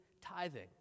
tithing